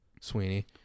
Sweeney